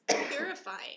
purifying